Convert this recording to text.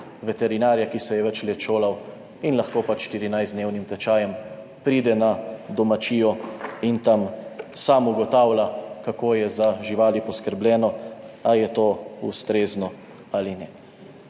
veterinarja, ki se je več let šolal in lahko pač s 14-dnevnim tečajem pride na domačijo in tam sam ugotavlja kako je za živali poskrbljeno, ali je to ustrezno ali ne.